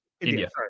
India